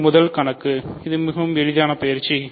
இது முதல் பிரச்சினை இது மிகவும் எளிதான பயிற்சி